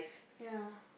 ya